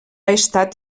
estat